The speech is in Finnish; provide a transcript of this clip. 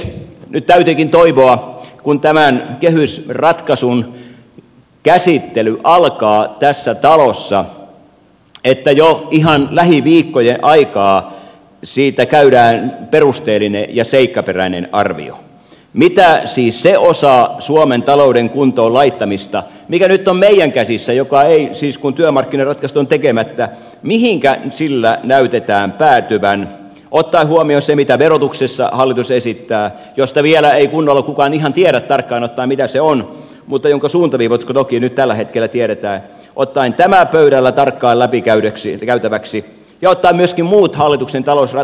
nyt täytyykin toivoa kun tämän kehysratkaisun käsittely alkaa tässä talossa että jo ihan lähiviikkojen aikaan siitä käydään perusteellinen ja seikkaperäinen arvio mihinkä siis sillä osalla suomen talouden kuntoon laittamista mikä nyt on meidän käsissä kun siis työmarkkinaratkaisut on tekemättä näytetään päätyvän ottaen huomioon se mitä verotuksessa hallitus esittää josta ei vielä kukaan tiedä ihan tarkkaan ottaen mitä se on mutta jonka suuntaviivat toki nyt tällä hetkellä tiedetään ottaen tämän pöydällä tarkkaan läpikäytäväksi ja ottaen myöskin muut hallituksen talousratkaisut